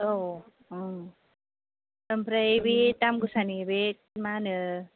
औ ओं ओमफ्राय बे दामगोसानि बे मा होनो